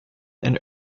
and